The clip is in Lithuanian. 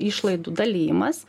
išlaidų dalijimas